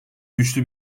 güçlü